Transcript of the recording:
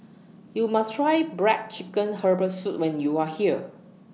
YOU must Try Black Chicken Herbal Soup when YOU Are here